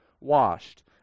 washed